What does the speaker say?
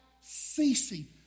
ceasing